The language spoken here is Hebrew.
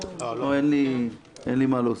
אין לי מה להוסיף.